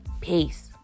Peace